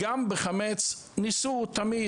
גם בחמץ ניסו תמיד,